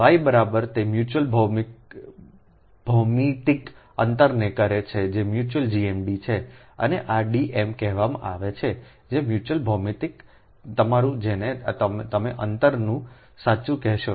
Y બરાબર તે mutual ભૌમિતિક અંતરને કરે છે જે મ્યુચ્યુઅલ GMD છે આને આ D m કહેવામાં આવે છે જે મ્યુચ્યુઅલ ભૌમિતિક તમારું જેને તમે અંતરને સાચું કહેશો